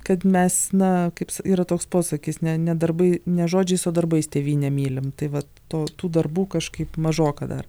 kad mes na kaip yra toks posakis ne ne darbai ne žodžiais o darbais tėvynę mylim tai vat to tų darbų kažkaip mažoka dar